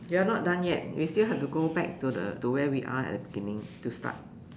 we are not done yet we still have to go back to the to where we are at the beginning to start